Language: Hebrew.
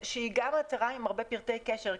הצהרה שיש בה הרבה פרטי קשר,